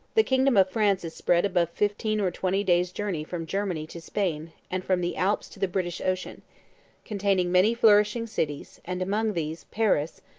the kingdom of france is spread above fifteen or twenty days' journey from germany to spain, and from the alps to the british ocean containing many flourishing cities, and among these paris,